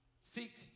seek